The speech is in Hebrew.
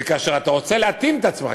וכאשר אתה רוצה להתאים את עצמך,